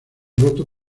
roto